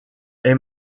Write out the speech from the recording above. est